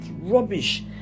rubbish